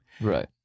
Right